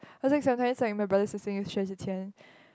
as in like my brother is singing Xue-Zhi-Qian